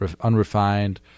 unrefined